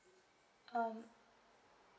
um